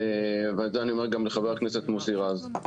ואת זה אני אומר גם לחבר הכנסת מוסי רז,